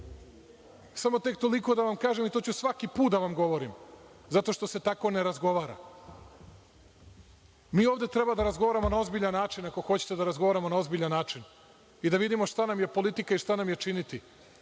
tek toliko da vam kažem, i to ću svaki put da vam govorim, zato što se tako ne razgovara. Mi ovde treba da razgovaramo na ozbiljan način. Ako hoćete da razgovaramo na ozbiljan način i da vidimo šta nam je politika i šta nam je činiti,